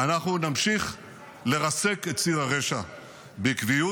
אנחנו נמשיך לרסק את ציר הרשע בקביעות,